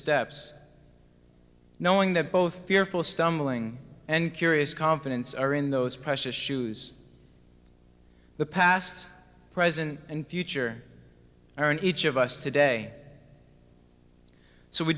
steps knowing that both fearful stumbling and curious confidence are in those precious shoes the past present and future are in each of us today so we